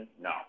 no